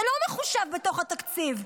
זה לא מחושב בתוך התקציב.